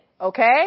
Okay